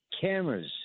Cameras